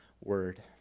word